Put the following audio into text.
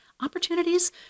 opportunities